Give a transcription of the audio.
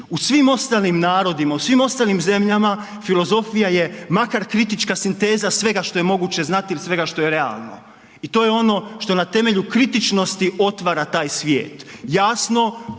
U svim ostalim narodima, u svim ostalim zemljama filozofija je makar kritička sinteza svega što je moguće znati il svega što je realno. I to je ono što na temelju kritičnosti otvara taj svijet. Jasno